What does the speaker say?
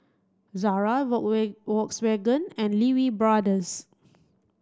Zara Volkswagen and Lee Wee Brothers